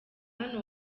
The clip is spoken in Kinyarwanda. hano